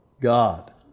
God